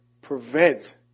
prevent